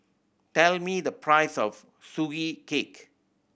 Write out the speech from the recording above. tell me the price of Sugee Cake